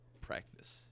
practice